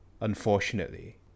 unfortunately